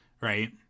right